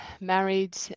married